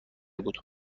بود